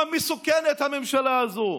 יודע עד כמה מסוכנת הממשלה הזאת,